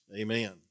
amen